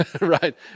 right